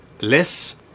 less